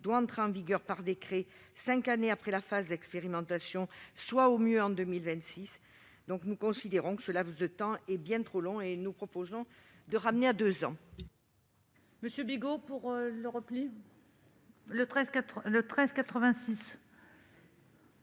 doit entrer en vigueur par décret soit cinq années après la phase d'expérimentation, soit au mieux en 2026. Nous considérons que ce laps de temps est bien trop long et nous proposons de le ramener à deux ans. L'amendement n° 1386,